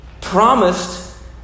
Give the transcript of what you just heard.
promised